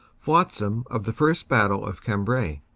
flotsam of the first battle of cambrai.